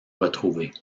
retrouvé